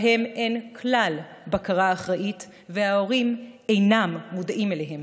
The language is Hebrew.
שבהם אין כלל בקרה אחראית וההורים אינם מודעים אליהם.